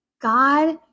God